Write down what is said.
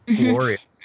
glorious